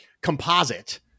composite